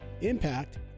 Impact